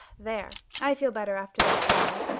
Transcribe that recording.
there, i feel better, after that growl.